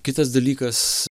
kitas dalykas